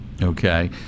Okay